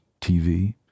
TV